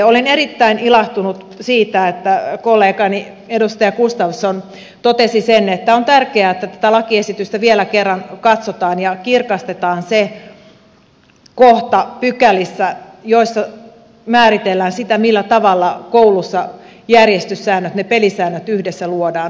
olen erittäin ilahtunut siitä että kollegani edustaja gustafsson totesi sen että on tärkeää että tätä lakiesitystä vielä kerran katsotaan ja kirkastetaan ne kohdat pykälissä joissa määritellään sitä millä tavalla koulussa järjestyssäännöt ne pelisäännöt yhdessä luodaan